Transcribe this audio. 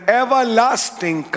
everlasting